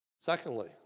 Secondly